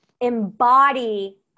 embody